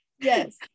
Yes